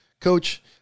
Coach